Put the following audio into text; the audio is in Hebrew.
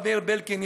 הרב מאיר בלקינד,